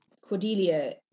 Cordelia